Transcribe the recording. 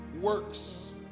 works